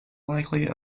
likely